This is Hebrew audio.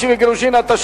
התש"ע